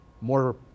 more